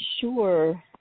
sure